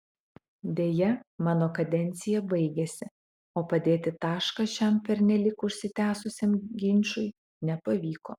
deja mano kadencija baigėsi o padėti tašką šiam pernelyg užsitęsusiam ginčui nepavyko